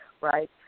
right